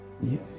Yes